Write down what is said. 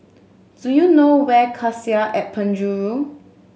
do you know where Cassia at Penjuru